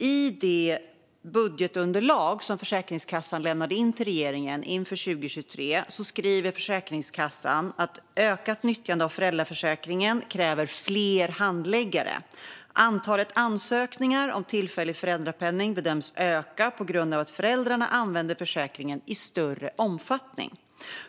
I det budgetunderlag som Försäkringskassan lämnade in till regeringen inför 2023 skriver Försäkringskassan att ökat nyttjande av föräldraförsäkringen kräver fler handläggare. Antalet ansökningar om tillfällig föräldrapenning bedöms öka på grund av att föräldrarna använder försäkringen i större omfattning.